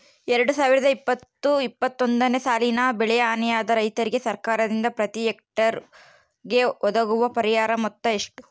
ಎರಡು ಸಾವಿರದ ಇಪ್ಪತ್ತು ಇಪ್ಪತ್ತೊಂದನೆ ಸಾಲಿನಲ್ಲಿ ಬೆಳೆ ಹಾನಿಯಾದ ರೈತರಿಗೆ ಸರ್ಕಾರದಿಂದ ಪ್ರತಿ ಹೆಕ್ಟರ್ ಗೆ ಒದಗುವ ಪರಿಹಾರ ಮೊತ್ತ ಎಷ್ಟು?